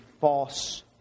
false